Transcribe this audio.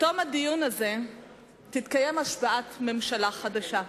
בתום הדיון הזה תתקיים השבעת ממשלה חדשה.